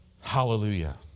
Hallelujah